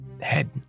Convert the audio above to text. head